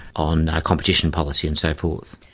on competition policy and so forth.